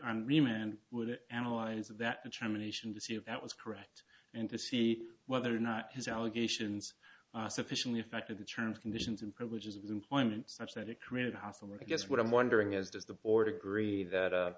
and would analyze that determination to see if that was correct and to see whether or not his allegations are sufficiently affected the terms conditions and privileges of employment such that it created hosmer i guess what i'm wondering is does the board agree that